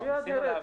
לא, ניסינו להבין